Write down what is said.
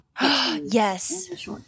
Yes